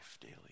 daily